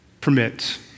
permits